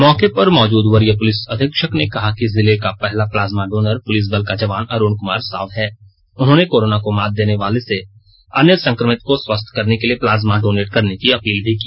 मौके पर मौजूद वरीय पुलिस अधीक्षक ने कहा कि जिले का पहला प्लाज्मा डोनर पुलिस बल का जवान अरूण कुमार साव है उन्होंने कोरोना को मात देने वालों से अन्य संक्रमित को स्वस्थ करने के लिए प्लाज्मा डोनेट करने की अपील भी की